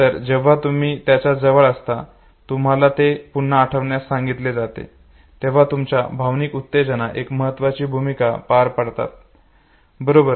नंतर जेव्हा तुम्ही त्याच्या जवळ असता तुम्हाला ते पुन्हा आठवण्यास सांगितले जाते तेव्हा तुमच्या भावनिक उत्तेजना एक महत्वाची भूमिका पार पडतात बरोबर